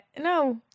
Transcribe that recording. No